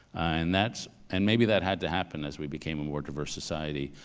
and that's, and maybe that had to happen as we became a more diverse society,